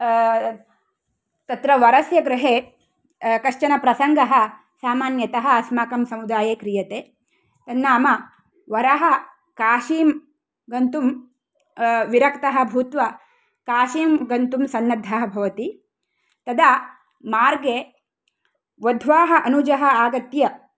तत्र वरस्य गृहे कश्चन प्रसङ्गः सामान्यतः अस्माकं समुदाये क्रियते तन्नाम वरः काशीं गन्तुं विरक्तः भूत्वा काशीं गन्तुं सन्नद्धः भवति तदा मार्गे वध्वाः अनुजः आगत्य